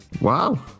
Wow